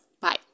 bye